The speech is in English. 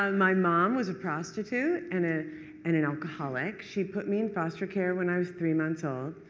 um my mom was a prostitute and ah and an alcoholic. she put me in foster care when i was three months old.